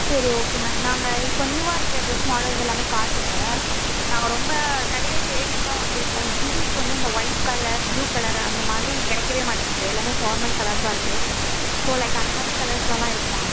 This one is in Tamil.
சரி ஓகே மேம் நாங்கள் இப்போ நியூவா இருக்கிற ட்ரெஸ் மாடல்ஸ் எல்லாமே காட்டுங்க நாங்கள் ரொம்ப கடையில் தேடிவிட்டுதான் வந்திருக்கோம் ஜீன்ஸ் வந்து அந்த ஒயிட் கலர் ப்ளூ கலர் அந்த மாதிரி கிடைக்கவே மாட்டேங்குது எல்லாமே ஃபார்மல் கலர்ஸாக இருக்குது ஸோ லைக் அந்தமாதிரி கலர்ஸெலலாம் இருக்குமா